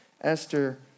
Esther